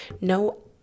no